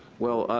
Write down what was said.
well,